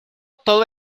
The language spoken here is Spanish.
todo